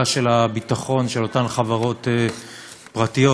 של הביטחון של אותן חברות פרטיות,